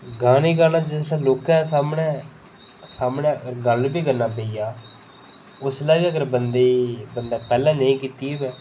गाने गाना जिसलै लोकें दे सामने सामने गल्ल बी करना पेई जा उसलै बी अगर बंदे पैह्लें नेईं कीती दी होऐ